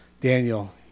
Daniel